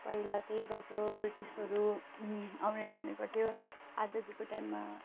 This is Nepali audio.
पहिला त्यही बाटो ब्रिटिसहरू आउने जाने गर्थ्यो आजादीको टाइममा